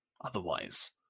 Otherwise